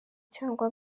cyangwa